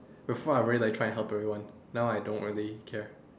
before I really like try and help everyone now I don't really care